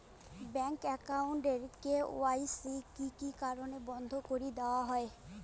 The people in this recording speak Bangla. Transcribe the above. ব্যাংক একাউন্ট এর কে.ওয়াই.সি কি কি কারণে বন্ধ করি দেওয়া হয়?